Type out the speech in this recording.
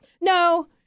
No